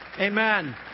Amen